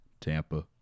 Tampa